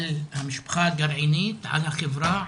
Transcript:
על המשפחה הגרעינית ועל החברה,